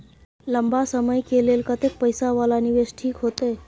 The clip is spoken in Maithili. लंबा समय के लेल कतेक पैसा वाला निवेश ठीक होते?